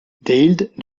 deild